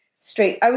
straight